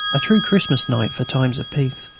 a true christmas night for times of peace.